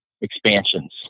expansions